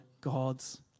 God's